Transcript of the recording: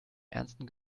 ernsten